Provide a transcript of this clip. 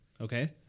Okay